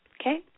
okay